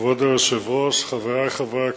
כבוד היושב-ראש, חברי חברי הכנסת,